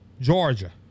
Georgia